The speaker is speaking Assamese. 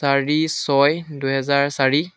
চাৰি ছয় দুহেজাৰ চাৰি